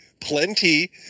plenty